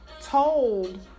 told